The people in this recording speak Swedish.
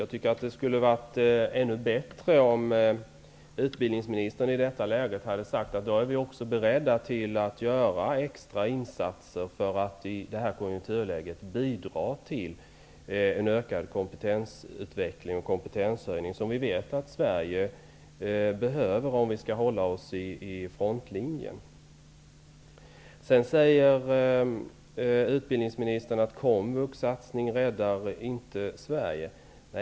Jag tycker att det skulle ha varit ännu bättre om utbildningsministern hade sagt att man också är beredd att göra extra insatser för att i det här konjunkturläget bidra till en ökad kompetensutveckling och en kompetenshöjning som vi vet att Sverige behöver om vi skall hålla oss i frontlinjen. Utbildningsministern säger vidare att en satsning på Komvux inte räddar Sverige.